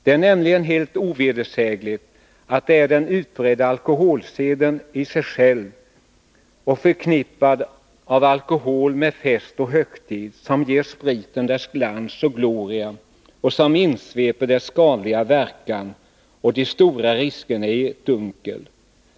Det är nämligen helt ovedersägligt att det är den utbredda alkoholseden i sig själv och förknippandet av alkohol med fest och högtid som ger spriten dess glans och gloria och som insveper dess skadliga verkan och de stora riskerna i ett dunkel.